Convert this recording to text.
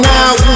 Now